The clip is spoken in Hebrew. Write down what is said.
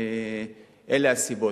אלה הסיבות.